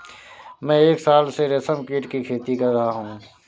मैं एक साल से रेशमकीट की खेती कर रहा हूँ